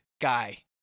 guy